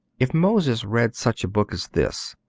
if moses read such a book as this,